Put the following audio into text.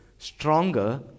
stronger